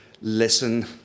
listen